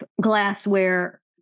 glassware